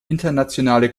internationale